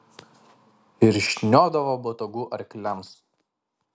ir šniodavo botagu arkliams